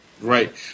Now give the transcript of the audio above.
Right